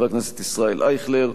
ישראל אייכלר,